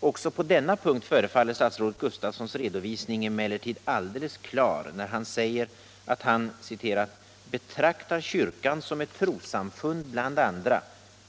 Också på denna punkt förefaller statsrådet Gustafssons redovisning emellertid alldeles klar, när han säger att han ”betraktar kyrkan som ett trossamfund bland andra